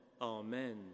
amen